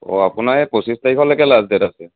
অঁ আপোনাৰ এই পঁচিছ তাৰিখলৈকে লাষ্ট ডেট আছে